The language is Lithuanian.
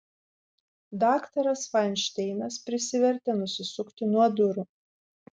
daktaras fainšteinas prisivertė nusisukti nuo durų